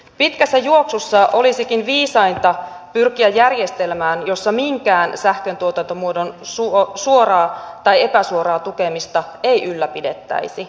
pitkässä juoksussa olisikin viisainta pyrkiä järjestelmään jossa minkään sähköntuotantomuodon suoraa tai epäsuoraa tukemista ei ylläpidettäisi